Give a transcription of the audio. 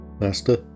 Master